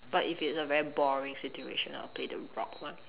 but if it's a very boring situation I'll play the rock one